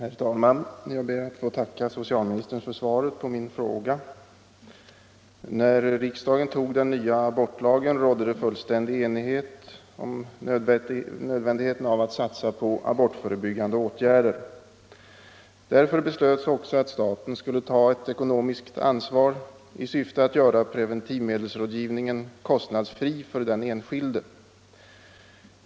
Herr talman! Jag ber att få tacka socialministern för svaret på min Om statsbidrag för fråga. preventivmedel i När riksdagen antog den nya abortlagen, rådde det fullständig enighet = vissa fall om nödvändigheten av att satsa på abortförebyggande åtgärder. Därför beslöts också att staten skulle ta ett ekonomiskt ansvar i syfte att göra preventivmedelsrådgivningen kostnadsfri för den enskilde.